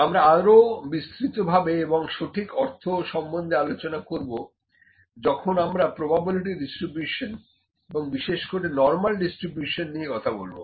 আমরা আরো বিস্তৃত ভাবে এবং সঠিক অর্থ সম্বন্ধে আলোচনা করব যখন আমরা প্রবাবিলিটি ডিস্ট্রিবিউশন এবং বিশেষ করে নর্মাল ডিস্ট্রিবিউশন নিয়ে কথা বলবো